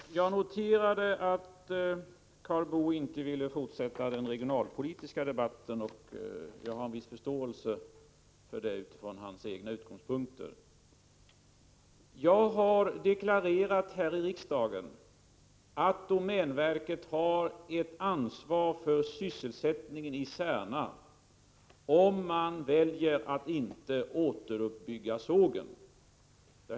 Herr talman! Jag noterade att Karl Boo inte ville fortsätta den regionalpolitiska debatten. Jag har en viss förståelse för det utifrån hans egna utgångspunkter. Jag har deklarerat här i riksdagen att domänverket har ett ansvar för sysselsättningen i Särna, om man väljer att inte återuppbygga sågen.